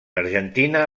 argentina